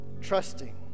Trusting